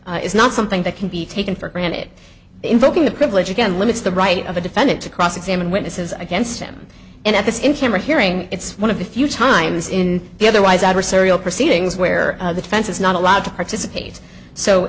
is not something that can be taken for granted invoking the privilege again limits the right of a defendant to cross examine witnesses against him and at this in camera hearing it's one of the few times in the otherwise adversarial proceedings where the defense is not allowed to participate so